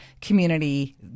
community